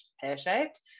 pear-shaped